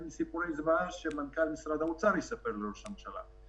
סיפורי זוועה שמנכ"ל משרד האוצר יספר לראש הממשלה.